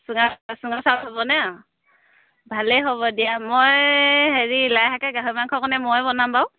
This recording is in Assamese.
চুঙা চাউল হ'বনে ভালেই হ'ব দিয়া মই হেৰি লাইশাকে গাহৰি মাংসকনে ময়ে বনাম বাৰু